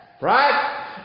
Right